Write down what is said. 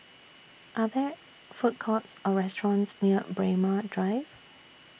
Are There Food Courts Or restaurants near Braemar Drive